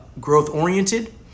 growth-oriented